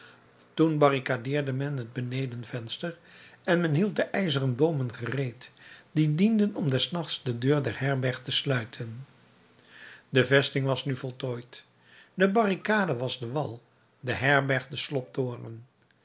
toen barricadeerde men het benedenvenster en men hield de ijzeren boomen gereed die dienden om des nachts de deur der herberg te sluiten de vesting was nu voltooid de barricade was de wal de herberg de